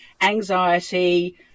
anxiety